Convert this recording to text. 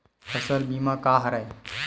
फसल बीमा का हरय?